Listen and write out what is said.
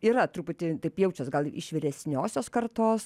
yra truputį taip jaučias gal iš vyresniosios kartos